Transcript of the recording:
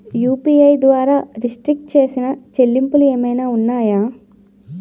UPI ద్వారా restrict చేసిన చెల్లింపులు ఏమైనా ఉన్నాయా?